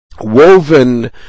woven